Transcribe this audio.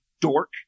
dork